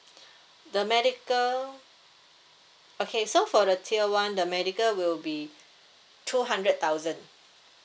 the medical okay so for the tier one the medical will be two hundred thousand